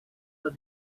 the